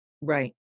Right